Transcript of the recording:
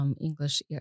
English